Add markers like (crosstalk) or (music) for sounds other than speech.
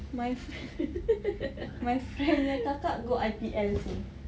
my friend (laughs) my friend punya kakak go I_P_L seh